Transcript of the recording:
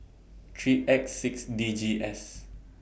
three X six D G S